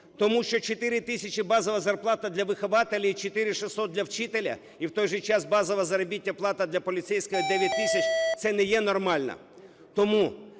тому що 4 тисячі – базова зарплата для вихователя і 4600 – для вчителя і в той же час базова заробітна плата для поліцейського 9 тисяч – це не є нормально.